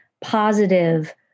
positive